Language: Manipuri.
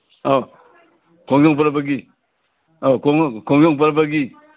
ꯑꯧ ꯈꯣꯡꯖꯝ ꯄꯔꯕꯒꯤ ꯑꯧ ꯈꯣꯡꯖꯝ ꯄꯔꯕꯒꯤ